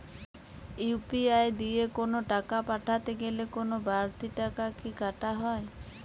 UPI দিয়ে কোন টাকা পাঠাতে গেলে কোন বারতি টাকা কি কাটা হয়?